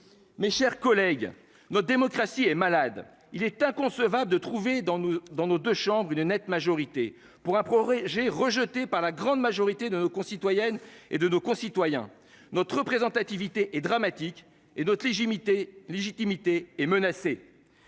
Mes chers collègues. Notre démocratie est malade il est inconcevable de trouver dans nos, dans nos deux chambres, une nette majorité pour progrès j'ai rejeté par la grande majorité de nos concitoyennes et de nos concitoyens notre représentativité et dramatique et d'autre légitimité légitimité